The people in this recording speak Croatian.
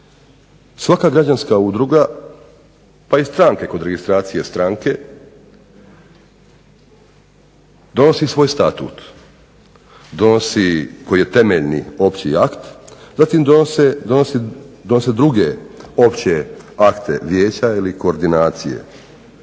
Svaka građanska udruga pa i stranke kod registracije stranke donosi svoj Statut koji je temeljni opći akt, zatim donose druge opće akte vijeća ili koordinacije